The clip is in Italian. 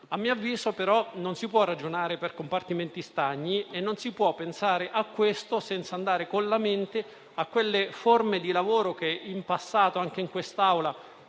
A mio avviso, però, non si può ragionare per compartimenti stagni e non si può pensare a questo senza andare con la mente a quelle forme di lavoro che in passato anche in quest'Aula